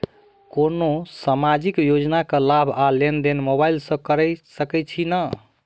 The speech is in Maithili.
कोनो सामाजिक योजना केँ लाभ आ लेनदेन मोबाइल सँ कैर सकै छिःना?